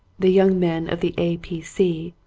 the young men of the a. p. c.